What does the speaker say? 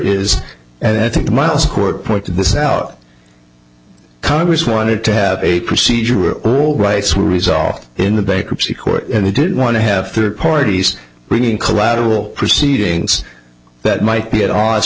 is and i think miles court pointed this out congress wanted to have a procedural rights were resolved in the bankruptcy court and they didn't want to have third parties bringing collateral proceedings that might be at odds